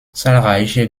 zahlreiche